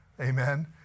Amen